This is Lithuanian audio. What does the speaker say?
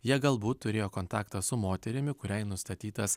jie galbūt turėjo kontaktą su moterimi kuriai nustatytas